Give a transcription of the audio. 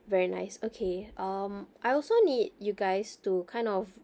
very nice okay um I also need you guys to kind of